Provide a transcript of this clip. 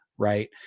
right